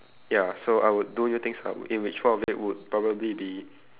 ya so I would do new things lah in which one of them would probably be